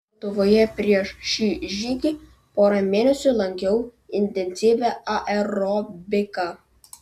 lietuvoje prieš šį žygį porą mėnesių lankiau intensyvią aerobiką